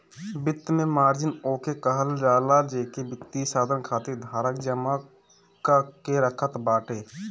वित्त में margin okay कहल जाला जेके वित्तीय साधन खातिर धारक जमा कअ के रखत बाटे